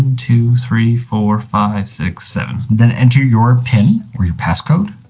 two, three, four, five, six, seven. then enter your pin or your passcode.